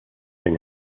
sing